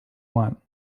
want